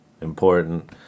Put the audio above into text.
important